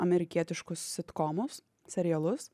amerikietiškus sitkomus serialus